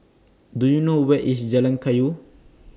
Do YOU know Where IS Jalan Kayu